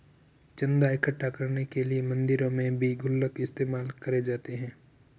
चन्दा इकट्ठा करने के लिए मंदिरों में भी गुल्लक इस्तेमाल करे जाते हैं